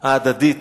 ההדדית